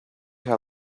how